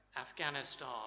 Afghanistan